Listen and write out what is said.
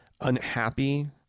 unhappy